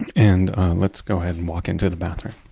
and and let's go ahead and walk into the bathroom